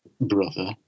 brother